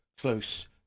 close